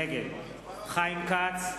נגד חיים כץ,